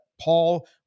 Paul